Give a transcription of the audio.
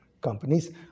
companies